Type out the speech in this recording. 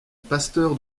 pasteur